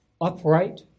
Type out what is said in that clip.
upright